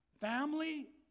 family